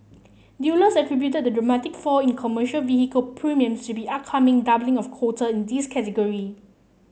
dealers attributed the dramatic fall in commercial vehicle premiums to be upcoming doubling of quota in this category